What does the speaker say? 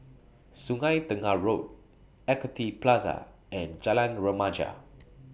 Sungei Tengah Road Equity Plaza and Jalan Remaja